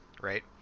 right